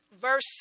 verse